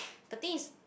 the things